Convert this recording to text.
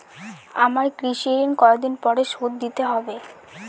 আমার কৃষিঋণ কতদিন পরে শোধ দিতে হবে?